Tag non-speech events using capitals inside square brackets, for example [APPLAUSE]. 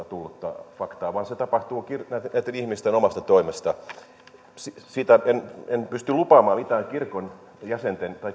[UNINTELLIGIBLE] tullutta faktaa vaan se tapahtuu näitten ihmisten omasta toimesta en pysty lupaamaan mitään kirkon jäsenten